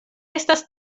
estas